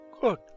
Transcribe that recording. Good